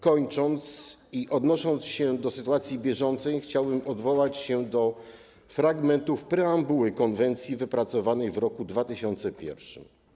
Kończąc i odnosząc się do sytuacji bieżącej, chciałbym odwołać się do fragmentów preambuły konwencji wypracowanej w roku 2001.